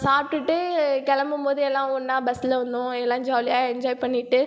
சாப்பிட்டுட்டு கிளம்பும் போது எல்லாம் ஒன்றா பஸ்ஸில் வந்தோம் எல்லாம் ஜாலியாக என்ஜாய் பண்ணிட்டு